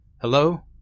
Hello